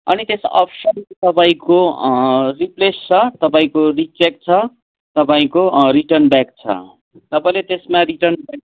अनि त्यस अप्सन तपाईँको रिप्लेस छ तपाईँको रिचेक छ तपाईँको रिटन ब्याक छ तपाईँले त्यसमा रिटन ब्याक